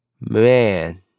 Man